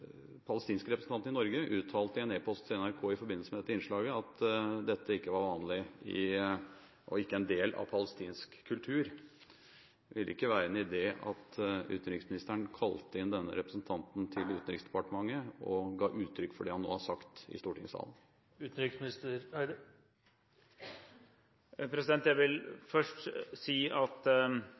palestinske representanten i Norge uttalte i en e-post til NRK i forbindelse med dette innslaget at dette ikke var vanlig og ikke en del av palestinsk kultur. Ville det ikke vært en idé at utenriksministeren kalte inn denne